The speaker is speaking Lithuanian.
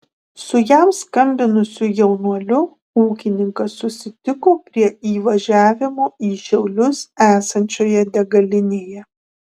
su jam skambinusiu jaunuoliu ūkininkas susitiko prie įvažiavimo į šiaulius esančioje degalinėje